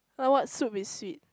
like what soup is sweet